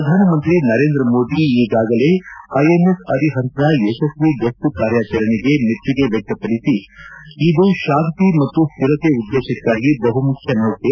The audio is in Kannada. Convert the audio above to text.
ಶ್ರಧಾನಮಂತ್ರಿ ನರೇಂದ್ರ ಮೋದಿ ಈಗಾಗಲೇ ಐಎನ್ಎಸ್ ಅರಿಹಂತ್ನ ಯಶಸ್ವಿ ಗಸ್ತು ಕಾರ್ಯಾಚರಣೆಗೆ ಮೆಚ್ಚುಗೆ ವ್ಯಕ್ತಪಡಿಸಿ ಇದು ಶಾಂತಿ ಮತ್ತು ಸ್ಥಿರತೆ ಉದ್ದೇಶಕ್ಕಾಗಿ ಬಹುಮುಖ್ಯ ಸೌಕೆ